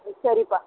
ம் சரிப்பா